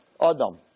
Adam